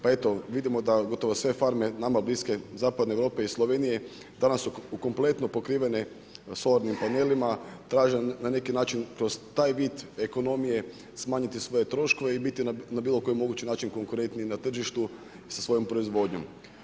Pa eto vidimo, da gotovo sve farme nama bliske zapadne Europe i Slovenije danas su kompletno pokrivene sornim panelima, traže na neki način kroz taj vid ekonomije smanjiti svoje troškove i biti na bilo koji mogući način konkurentniji na tržištu sa svojom proizvodnjom.